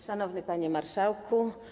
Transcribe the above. Szanowny Panie Marszałku!